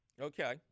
Okay